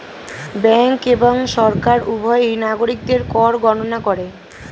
bank এবং সরকার উভয়ই নাগরিকদের কর গণনা করে